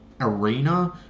arena